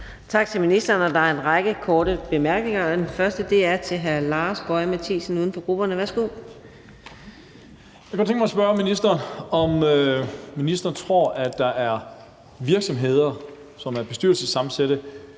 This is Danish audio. Tak til ministeren. Der er en række korte bemærkninger, og den første er til hr. Lars Boje Mathiesen, uden for grupperne. Værsgo. Kl. 17:13 Lars Boje Mathiesen (UFG): Jeg kunne godt tænke mig at spørge ministeren, om ministeren tror, at der er virksomheder, som er bestyrelsessammensatte,